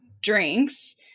drinks